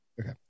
Okay